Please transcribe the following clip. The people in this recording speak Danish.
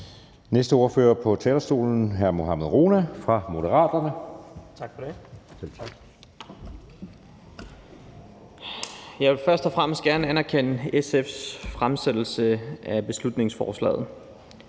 15:46 (Ordfører) Mohammad Rona (M): Tak for det. Jeg vil først og fremmest gerne anerkende SF's fremsættelse af beslutningsforslaget.